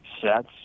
sets